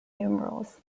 numerals